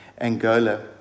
Angola